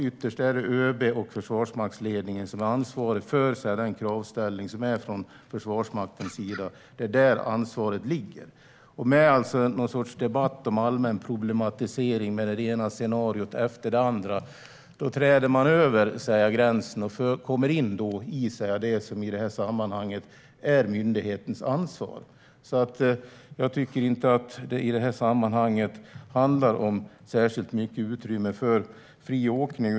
Ytterst är det ÖB och försvarsmaktsledningen som har ansvaret för de krav som ställs från Försvarsmaktens sida. Det är där ansvaret ligger. Med en debatt utifrån en allmän problematisering kring det ena scenariot efter det andra träder man över gränsen och kommer in i det som i det här sammanhanget är myndighetens ansvar. Jag tycker inte att det i det här sammanhanget handlar om särskilt mycket utrymme för friåkning.